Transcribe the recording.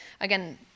Again